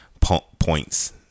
points